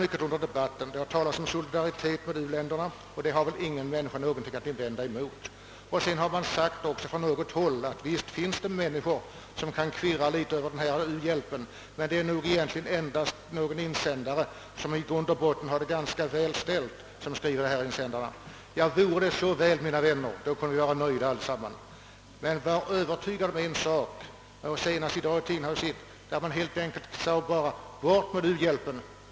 Det har under debatten talats om solidaritet mot u-länderna, och det har väl ingen människa någonting att invända emot. Det har också på något håll sagts att visst finns det människor som 1 insändarspalterna kan kvirra litet över u-hjälpen, men folk som skriver sådana insändare är väl i regel sådana som har det ganska väl ställt. Vore det så väl, mina vänner, kunde vi vara nöjda allesammans. Senast i dag har det emellertid stått att läsa i tidningarna: Bort med u-hjälpen!